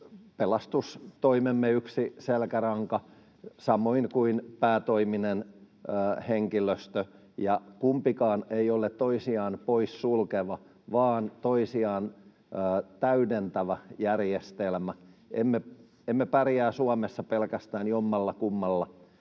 pelastustoimemme yksi selkäranka samoin kuin päätoiminen henkilöstö. Kumpikaan ei ole toisiaan poissulkeva vaan on toisiaan täydentävä järjestelmä. Emme pärjää Suomessa pelkästään jommallakummalla